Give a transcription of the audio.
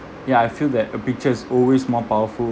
ya I feel that a picture is always more powerful